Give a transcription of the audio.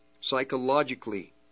psychologically